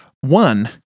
one